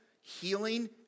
healing